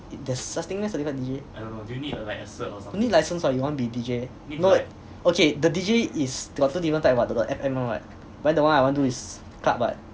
there's such thing meh certified D_J no need liscence what you wanna be D_J you know okay the D_J is got the two different types what got the F_M one what but the one I want do is club what